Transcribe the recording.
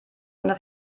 eine